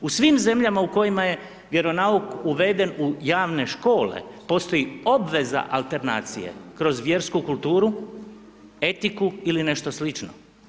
U svim zemljama u kojima je vjeronauk uveden u javne škole, postoji obveza alternacije kroz vjersku kulturu, etiku ili nešto slično.